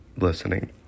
listening